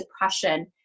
depression